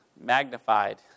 magnified